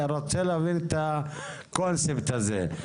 רוצה להבין את הקונספט הזה,